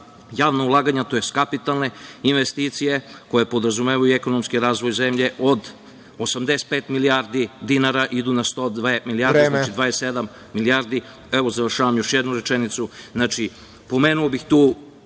javna ulaganja tj. kapitalne investicije, koje podrazumevaju ekonomski razvoj zemlje, od 85 milijardi dinara idu na 102 milijarde, znači 27 milijardi.(Predsedavajući: Vreme.)Još jednu rečenicu. Pomenuo bih tu